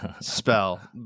spell